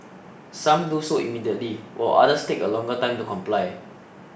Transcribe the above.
some do so immediately while others take a longer time to comply